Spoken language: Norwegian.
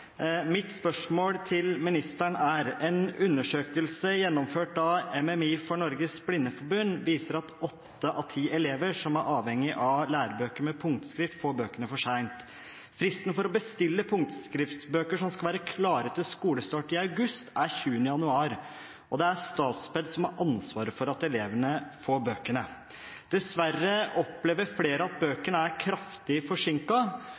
Mitt spørsmål til ministeren er: «En undersøkelse gjennomført av MMI for Norges Blindeforbund viser at 8 av 10 elever som er avhengig av lærebøker med punktskrift, får bøkene for sent. Fristen for å bestille punktskriftbøker som skal være klare til skolestart i august, er 20. januar. Det er Statped som har ansvaret for at elevene får bøkene. Dessverre opplever flere at bøkene er kraftig